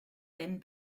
denn